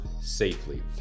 safely